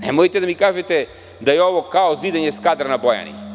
Nemojte da mi kažete da je ovo kao zidanje Skadra na Bojani.